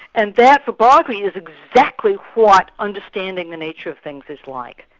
and that but berkeley is exactly what understanding the nature of things is like.